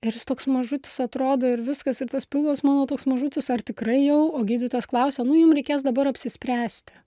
ir jis toks mažutis atrodo ir viskas ir tas pilvas mano toks mažutis ar tikrai jau o gydytojas klausia nu jum reikės dabar apsispręsti